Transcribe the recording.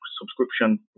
subscription